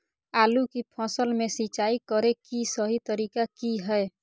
आलू की फसल में सिंचाई करें कि सही तरीका की हय?